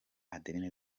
adeline